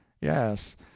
yes